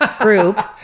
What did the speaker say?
group